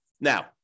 Now